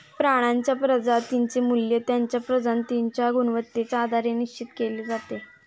प्राण्यांच्या प्रजातींचे मूल्य त्यांच्या प्रजातींच्या गुणवत्तेच्या आधारे निश्चित केले जाते